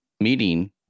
meeting